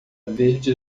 verde